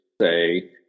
say